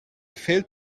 failed